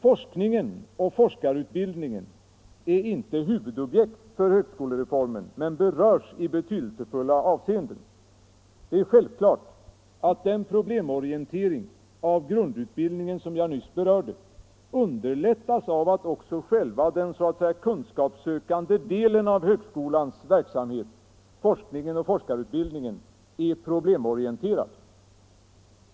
Forskningen och forskarutbildningen är inte huvudobjekt för högskolereformen men berörs i betydelsefulla avseenden. Det är självklart att den problemorientering av grundutbildningen som jag nyss berörde underlättas av att också själva den så att säga ”kunskapssökande” delen av högskolans verksamhet, forskningen och forskarutbildningen, är problemorienterad.